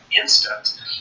instant